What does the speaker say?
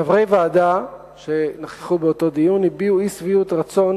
חברי הוועדה שנכחו באותו דיון הביעו אי-שביעות רצון